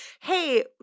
hey